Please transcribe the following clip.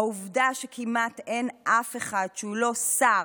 העובדה שכמעט אין אף אחד שהוא לא שר,